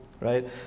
right